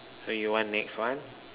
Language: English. so you want next one